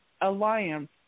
alliance